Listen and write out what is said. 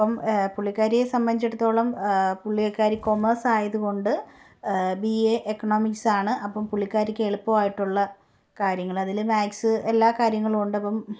അപ്പം പുള്ളിക്കാരിയെ സംബന്ധിച്ചിടത്തോളം പുള്ളക്കാരി കോമേഴ്സ് ആയതു കൊണ്ട് ബി എ എക്കണോമിക്സാണ് അപ്പം പുള്ളിക്കാരിക്ക് എളുപ്പമായിട്ടുള്ള കാര്യങ്ങൾ അതിൽ മാത്സ് എല്ലാ കാര്യങ്ങളും ഉണ്ട് അപ്പം